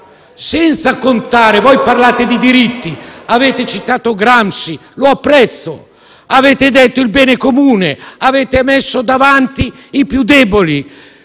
andando? Voi parlate di diritti, avete citato Gramsci - e lo apprezzo - avete parlato del bene comune, avete messo davanti i più deboli,